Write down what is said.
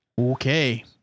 Okay